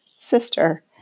sister